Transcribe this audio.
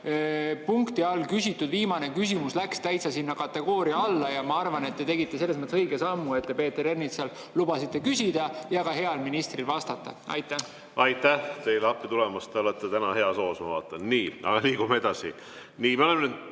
punkti all küsitud viimane küsimus läks täitsa sinna kategooria alla, ja ma arvan, et te tegite selles mõttes õige sammu, et te Peeter Ernitsal lubasite küsida ja heal ministril vastata. Aitäh teile appi tulemast! Te olete täna heas hoos, ma vaatan. Nii! Aga liigume edasi. Me oleme neljanda